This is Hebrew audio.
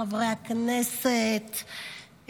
חברי הכנסת,